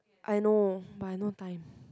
I know but I no time